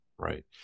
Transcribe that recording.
Right